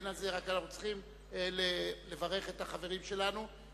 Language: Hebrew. אבל אנחנו צריכים לברך את החברים שלנו.